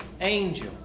angel